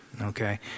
okay